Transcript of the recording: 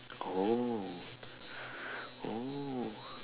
oh oh